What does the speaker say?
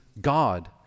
God